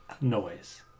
noise